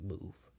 move